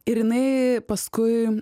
ir jinai paskui